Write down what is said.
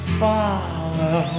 follow